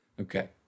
Okay